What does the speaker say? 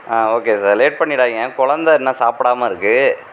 ஆ okay sir late பண்ணிவிடாதிங்க குழந்த இன்னும் சாப்பிடாம இருக்கு